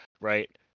Right